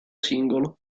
singolo